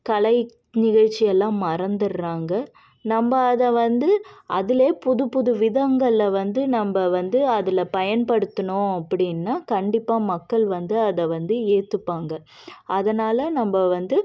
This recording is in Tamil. கலை நிகழ்ச்சியெல்லாம் மறந்துடறாங்க நம்ப அதை வந்து அதில் புதுப்புது விதங்களை வந்து நம்ப வந்து அதில் பயன்படுத்தினோம் அப்படின்னா கண்டிப்பாக மக்கள் வந்து அதை வந்து ஏற்றுப்பாங்க அதனாலே நம்ப வந்து